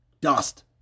Dust